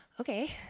Okay